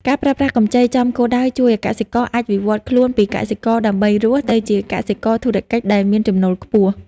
ការប្រើប្រាស់កម្ចីចំគោលដៅជួយឱ្យកសិករអាចវិវត្តខ្លួនពី "កសិករដើម្បីរស់" ទៅជា "កសិករធុរកិច្ច" ដែលមានចំណូលខ្ពស់។